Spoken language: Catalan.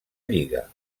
lliga